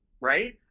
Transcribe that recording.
right